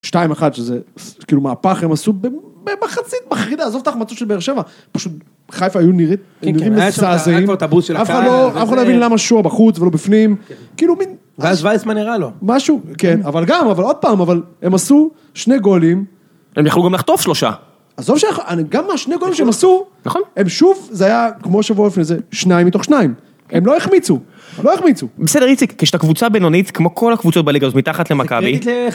שתיים אחת, שזה כאילו מהפך הם עשו במחצית מחרידה, עזוב את ההחמצות של באר שבע, פשוט חיפה, היו נראים מזעזעים. אף אחד לא הבין למה שוע בחוץ ולא בפנים, כאילו מין... ואז ויסמן בראה לו. משהו, כן, אבל גם, אבל עוד פעם, אבל הם עשו שני גולים. הם יכולו גם לחטוף שלושה. עזוב ש... גם מהשני גולים שהם עשו, הם שוב, זה היה כמו שבוע לפני זה, שניים מתוך שניים. הם לא החמיצו, הם לא החמיצו. בסדר, איציק, כשאתה קבוצה בינונית, כמו כל הקבוצות בליגה הזאת, מתחת למכבי...